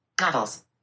Novels